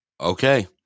Okay